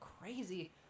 crazy